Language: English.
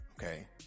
Okay